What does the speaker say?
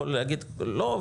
יכול להגיד "לא",